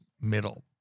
middle